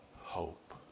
hope